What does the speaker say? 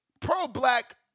pro-black